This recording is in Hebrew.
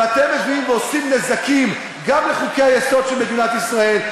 ואתם מביאים ועושים נזקים גם לחוקי-היסוד של מדינת ישראל,